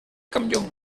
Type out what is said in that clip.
campllong